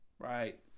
right